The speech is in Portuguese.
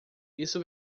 isso